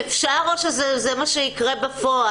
אפשר או שזה מה שיקרה בפועל?